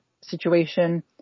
situation